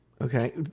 Okay